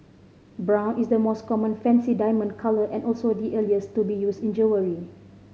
brown is the most common fancy diamond colour and also the earliest to be used in jewellery